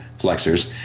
flexors